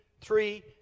three